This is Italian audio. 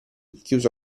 chiuso